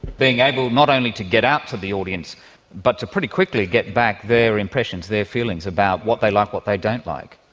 being able not only to get out to the audience but to pretty quickly get back their impressions, their feelings about what they like, what they don't like.